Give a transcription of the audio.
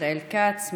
ישראל כץ,